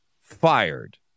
fired